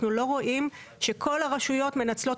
אנחנו רואים שכל הרשויות מנצלות,